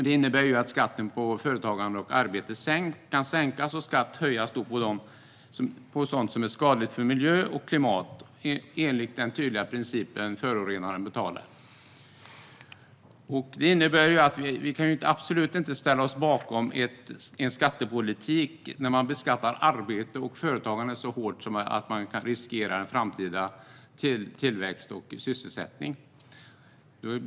Det innebär att skatten på företagande och arbete kan sänkas och skatten på sådant som är skadligt för miljö och klimat höjas, enligt den tydliga principen att förorenaren betalar. Vi kan absolut inte ställa oss bakom en skattepolitik som beskattar arbete och företagande så hårt att man riskerar framtida tillväxt och sysselsättning.